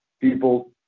people